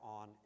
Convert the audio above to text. on